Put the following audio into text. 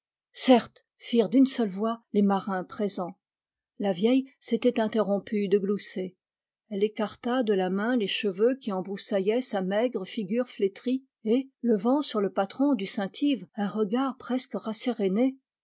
certes firent d'une seule voix les marins présents la vieille s'était interrompue de glousser elle écarta de la main les cheveux qui embrous saillaient sa maigre figure flétrie et levant sur le patron du saint yves un regard presque